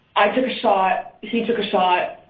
i took a shot. he took a shot.